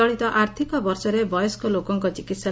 ଚଳିତ ଆର୍ଥିକ ବର୍ଷରେ ବୟସ୍କ ଲୋକଙ୍କ ଚିକିସ୍